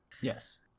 Yes